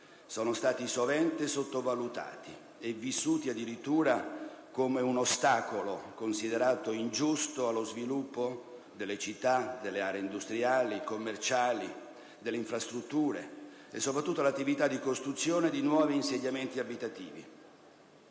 sono stati sovente sottovalutati e vissuti addirittura come un ostacolo considerato ingiusto allo sviluppo delle città, delle aree industriali e commerciali, delle infrastrutture e, soprattutto, all'attività di costruzione di nuovi insediamenti abitativi.